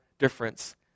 difference